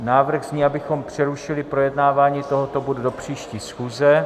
Návrh zní, abychom přerušili projednávání tohoto bodu do příští schůze.